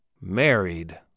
Married